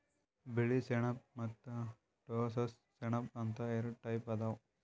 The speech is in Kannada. ಬಿಳಿ ಸೆಣಬ ಮತ್ತ್ ಟೋಸ್ಸ ಸೆಣಬ ಅಂತ್ ಎರಡ ಟೈಪ್ ಅದಾವ್